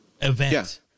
event